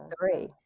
three